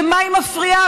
במה היא מפריעה?